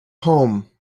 home